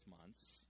months